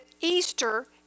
Easter